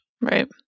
Right